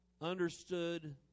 understood